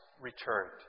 returned